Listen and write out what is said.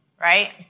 Right